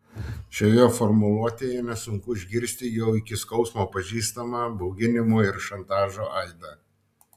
šioje formuluotėje nesunku išgirsti jau iki skausmo pažįstamą bauginimo ir šantažo aidą